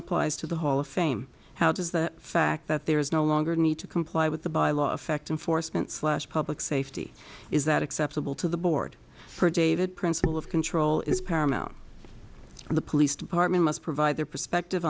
applies to the hall of fame how does the fact that there is no longer need to comply with the bylaw affecting foresman slash public safety is that acceptable to the board for david principle of control is paramount and the police department must provide their perspective